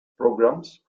programs